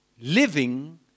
living